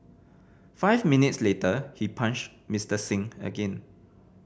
five minutes later he punched Mister Singh again